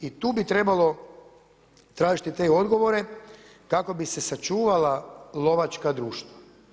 I tu bi trebalo tražiti te odgovore kako bi se sačuvala lovačka društva.